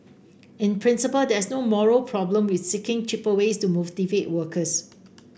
in principle there is no moral problem with seeking cheaper ways to motivate workers